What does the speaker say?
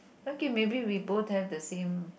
okay maybe we both have the same